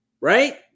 Right